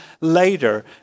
later